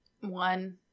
One